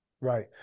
Right